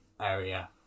area